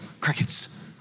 crickets